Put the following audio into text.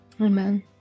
Amen